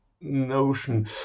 notion